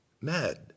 mad